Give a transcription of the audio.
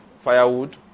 firewood